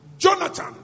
Jonathan